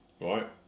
right